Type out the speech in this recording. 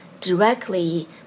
directly